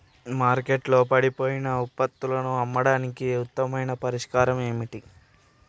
మార్కెట్లో పాడైపోయిన ఉత్పత్తులను అమ్మడానికి ఉత్తమ పరిష్కారాలు ఏమిటి?